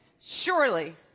surely